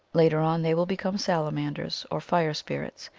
later on they will become salamanders, or fire spirits,